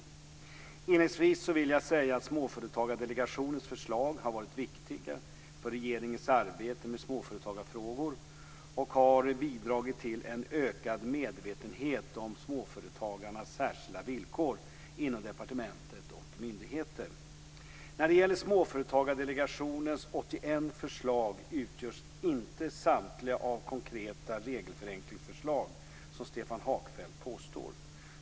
Inledningsvis vill jag säga att Småföretagsdelegationens förslag har varit viktiga för regeringens arbete med småföretagsfrågor och bidragit till en ökad medvetenhet om småföretagarnas särskilda villkor inom departementet och myndigheter. När det gäller Småföretagsdelegationens 81 förslag utgörs inte samtliga av konkreta regelförenklingsförslag som Stefan Hagfeldt påstår.